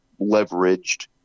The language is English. leveraged